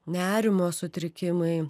nerimo sutrikimai